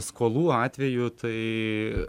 skolų atveju tai